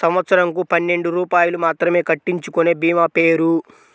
సంవత్సరంకు పన్నెండు రూపాయలు మాత్రమే కట్టించుకొనే భీమా పేరు?